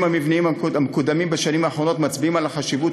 המבניים המקודמים בשנים האחרונות מצביעים על החשיבות